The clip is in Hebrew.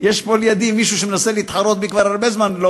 יש פה לידי מישהו שמנסה להתחרות בי כבר הרבה זמן.